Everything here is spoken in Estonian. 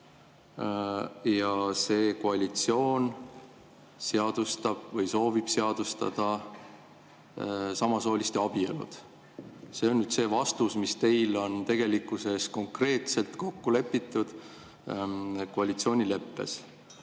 Ja see koalitsioon seadustab või soovib seadustada samasooliste abielud. See on see vastus, mis teil on tegelikkuses konkreetselt koalitsioonileppes